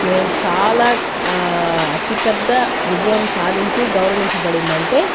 నేను చాలా అతి పెద్ద విజయం సాధించి గౌరవించబడిందంటే